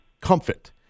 comfort